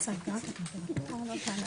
ואחד המגדיר את הטמפרטורה הנדרשת.